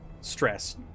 stress